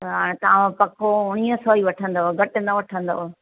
त तव्हां पको उणिवीह सौ ई वठंदव घटि न वठंदव